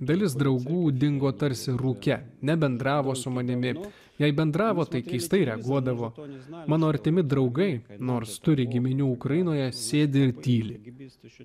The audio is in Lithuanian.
dalis draugų dingo tarsi rūke nebendravo su manimi jei bendravo tai keistai reaguodavo tonis na mano artimi draugai nors turi giminių ukrainoje sėdi ir tyli